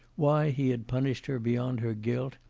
why he had punished her beyond her guilt,